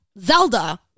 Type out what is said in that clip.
Zelda